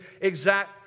exact